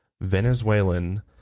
Venezuelan